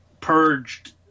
purged